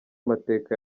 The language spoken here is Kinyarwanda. amateka